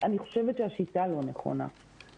אני חושבת שהשיטה לא נכונה.